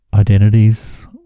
identities